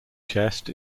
chest